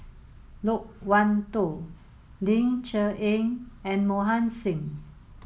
Loke Wan Tho Ling Cher Eng and Mohan Singh